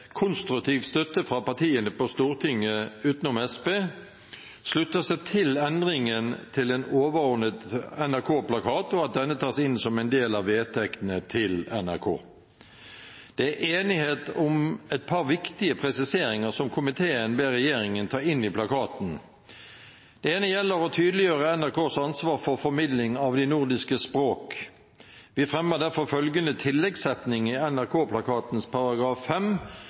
konstruktiv støtte fra partiene på Stortinget – utenom Senterpartiet – slutter seg til endringen til en overordnet NRK-plakat, og at denne tas inn som en del av vedtektene til NRK. Det er enighet om et par viktige presiseringer som komiteen ber regjeringen ta inn i plakaten. Det ene gjelder å tydeliggjøre NRKs ansvar for formidling av de nordiske språkene. Vi fremmer derfor følgende tilleggssetning i